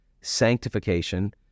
sanctification